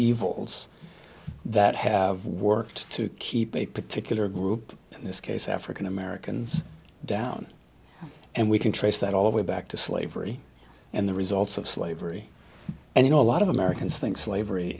evils that have worked to keep a particular group in this case african americans down and we can trace that all the way back to slavery and the results of slavery and you know a lot of americans think slavery